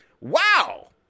Wow